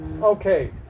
Okay